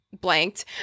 blanked